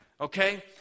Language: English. okay